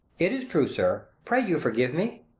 it is true, sir. pray you forgive me.